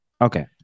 okay